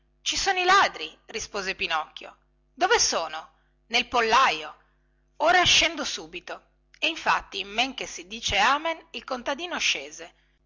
ci sono i ladri rispose pinocchio dove sono nel pollaio ora scendo subito e infatti in men che non si dice amen il contadino scese